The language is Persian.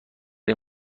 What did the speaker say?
این